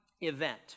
event